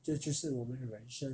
这就是我们的人生